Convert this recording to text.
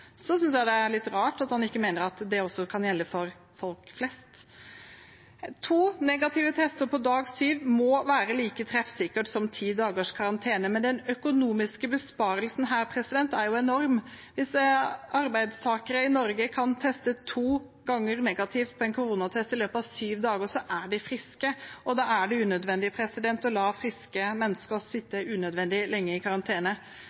synes jeg det er litt rart at han ikke mener at det også kan gjelde for folk flest. To negative tester på dag 7 må være like treffsikkert som ti dagers karantene, men den økonomiske besparelsen her er enorm. Hvis arbeidstakere i Norge kan teste to ganger negativt på en koronatest i løpet av syv dager, er de friske, og det er unødvendig å la friske mennesker sitte unødvendig lenge i karantene.